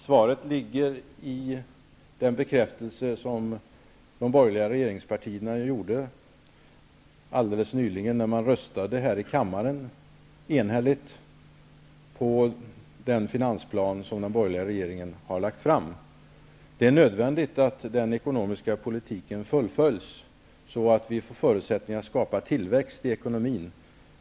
Herr talman! Som svar kan jag hänvisa till att de borgerliga regeringspartierna nyligen bekräftade sin ståndpunkt i den frågan när man här i kammaren enhälligt röstade för den finansplan som den borgerliga regeringen har lagt fram. Det är nödvändigt att den ekonomiska politiken fullföljs, så att vi får förutsättningar att skapa tillväxt i ekonomin.